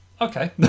Okay